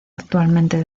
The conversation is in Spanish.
actualmente